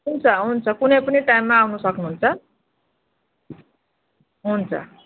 हुन्छ हुन्छ कुनै पनि टाइममा आउन सक्नुहुन्छ हुन्छ